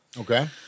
Okay